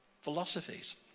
philosophies